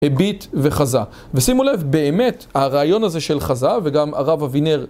הביט וחזה, ושימו לב באמת הרעיון הזה של חזה וגם הרב אבינר